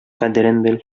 кадерен